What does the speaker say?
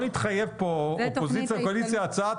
נתחייב כאן אופוזיציה וקואליציה - להצעת